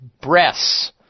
breasts